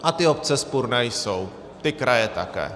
A ty obce vzpurné jsou, ty kraje také.